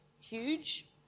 huge